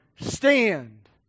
stand